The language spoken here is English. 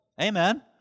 Amen